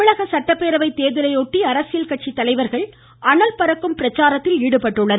தமிழக சட்டப்பேரவை தேர்தலை ஒட்டி அரசியல் கட்சி தலைவர்கள் அனல் பறக்கும் பிரச்சாரத்தில் ஈடுபட்டுள்ளனர்